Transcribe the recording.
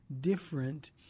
different